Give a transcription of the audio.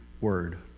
word